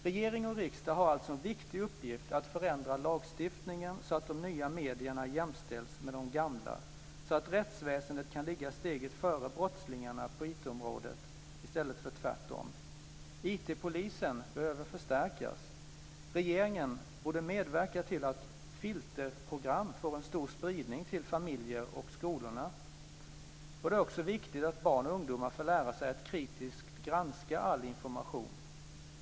Regering och riksdag har alltså en viktig uppgift att förändra lagstiftningen så att de nya medierna jämställs med de gamla och så att rättsväsendet kan ligga steget före brottslingarna på IT-området, i stället för tvärtom. IT-polisen behöver förstärkas. Regeringen borde medverka till att filterprogram får en stor spridning till familjer och skolor. Det är också viktigt att barn och ungdomar får lära sig att kritiskt granska all information.